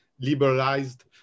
liberalized